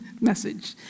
message